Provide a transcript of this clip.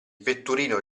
vetturino